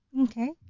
Okay